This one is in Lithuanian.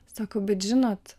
sako bet žinot